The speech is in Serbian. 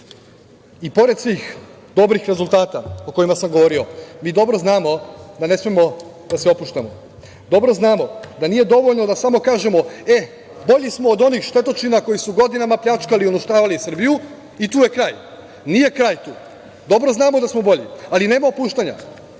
pored svih dobrih rezultata o kojima sam govorio, mi dobro znamo da ne smemo da se opuštamo, dobro znamo da nije dovoljno da samo kažemo – e, bolji smo od onih štetočina koji su godinama pljačkali i uništavali Srbiju i tu je kraj. Nije kraj tu. Dobro znamo da smo bolji, ali nema opuštanja.